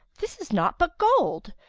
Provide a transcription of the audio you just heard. this is naught but gold!